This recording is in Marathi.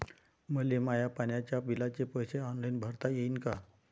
मले माया पाण्याच्या बिलाचे पैसे ऑनलाईन भरता येईन का?